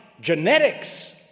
genetics